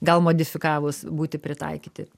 gal modifikavus būti pritaikyti